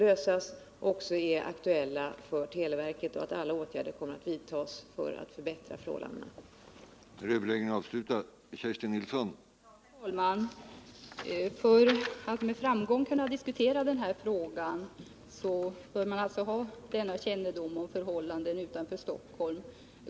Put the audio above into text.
Vid olika tillfällen har kommunikationsministern besvarat frågor i riksdagen angående detta.